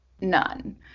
none